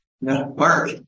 Mark